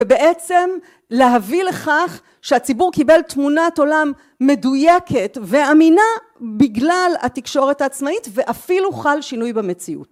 ובעצם להביא לכך שהציבור קיבל תמונת עולם מדויקת ואמינה בגלל התקשורת העצמאית ואפילו חל שינוי במציאות